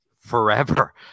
forever